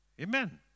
Amen